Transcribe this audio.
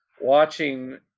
watching